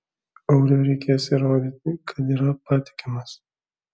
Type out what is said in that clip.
auriui reikės įrodyti kad yra patikimas